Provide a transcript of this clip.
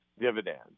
dividends